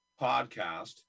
podcast